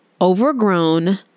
overgrown